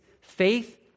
faith